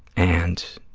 and